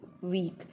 week